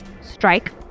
strike